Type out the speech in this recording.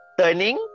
turning